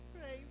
Praise